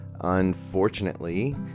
Unfortunately